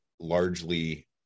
largely